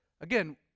Again